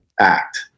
act